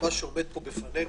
מה שעומד בפנינו?